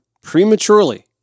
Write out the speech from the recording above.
prematurely